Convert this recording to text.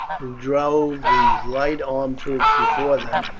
who drove these light armed troops before them,